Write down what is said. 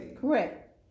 Correct